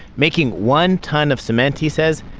making one ton of cement, he says,